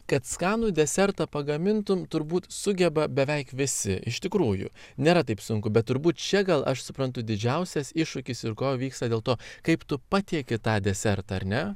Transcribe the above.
kad skanų desertą pagamintum turbūt sugeba beveik visi iš tikrųjų nėra taip sunku bet turbūt čia gal aš suprantu didžiausias iššūkis ir kova vyksta dėl to kaip tu patieki tą desertą ar ne